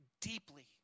deeply